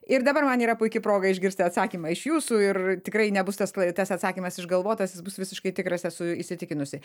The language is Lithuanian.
ir dabar man yra puiki proga išgirsti atsakymą iš jūsų ir tikrai nebus tas tas atsakymas išgalvotas jis bus visiškai tikras esu įsitikinusi